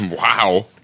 Wow